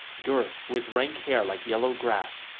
gurth, with rank hair like yellow grass,